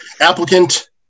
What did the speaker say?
applicant